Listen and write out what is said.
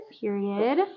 Period